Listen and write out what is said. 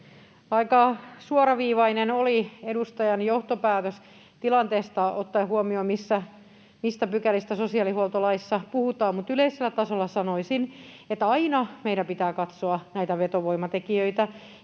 Aika suoraviivainen oli edustajan johtopäätös tilanteesta ottaen huomioon, mistä pykälistä sosiaalihuoltolaissa puhutaan. Yleisellä tasolla sanoisin, että aina meidän pitää katsoa näitä vetovoimatekijöitä,